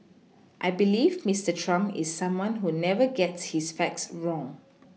I believe Mister Trump is someone who never gets his facts wrong